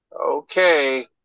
Okay